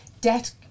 debt